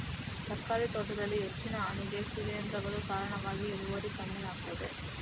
ತರಕಾರಿ ತೋಟದಲ್ಲಿ ಹೆಚ್ಚಿನ ಹಾನಿಗೆ ಶಿಲೀಂಧ್ರಗಳು ಕಾರಣವಾಗಿ ಇಳುವರಿ ಕಮ್ಮಿ ಆಗ್ತದೆ